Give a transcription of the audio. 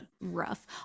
rough